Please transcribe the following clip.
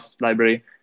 library